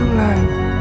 life